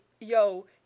yo